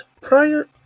prior